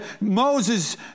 Moses